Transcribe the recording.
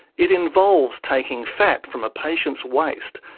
it involves taking fat from a patient's waist,